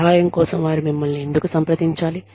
సహాయం కోసం వారు మిమ్మల్ని ఎందుకు సంప్రదించాలి